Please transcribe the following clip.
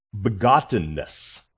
begottenness